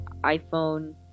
iphone